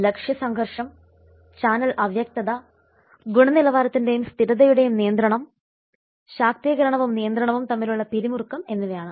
ലക്ഷ്യ സംഘർഷം ചാനൽ അവ്യക്തത ഗുണനിലവാരത്തിന്റെയും സ്ഥിരതയുടെയും നിയന്ത്രണം ശാക്തീകരണവും നിയന്ത്രണവും തമ്മിലുള്ള പിരിമുറുക്കം എന്നിവയാണ്